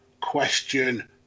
question